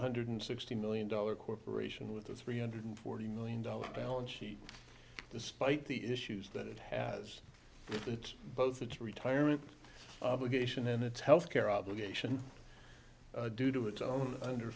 hundred sixty million dollar corporation with a three hundred forty million dollars balance sheet despite the issues that it has its both its retirement obligation and its health care obligation due to its own under